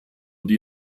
die